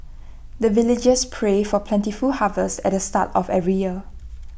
the villagers pray for plentiful harvest at the start of every year